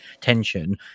tension